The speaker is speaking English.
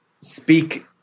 speak